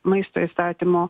maisto įstatymo